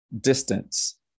distance